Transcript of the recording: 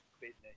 business